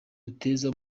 duteza